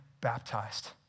baptized